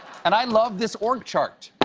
and i love this org chart.